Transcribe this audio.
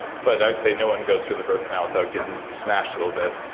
but i would say no one goes through the birth canal without getting smashed a little bit.